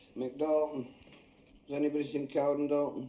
mick dalton? has anybody seen coward and